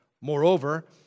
Moreover